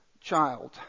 child